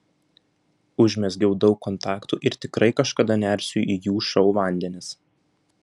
užmezgiau daug kontaktų ir tikrai kažkada nersiu į jų šou vandenis